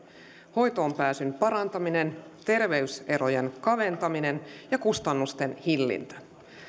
hoitoonpääsyn parantaminen terveyserojen kaventaminen ja kustannusten hillintä